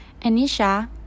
Anisha